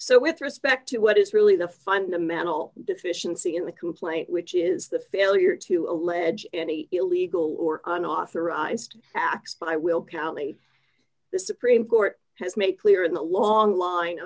so with respect to what is really the fundamental deficiency in the complaint which is the failure to allege any illegal or unauthorized acts by will county the supreme court has made clear in the long line